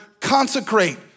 consecrate